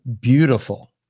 beautiful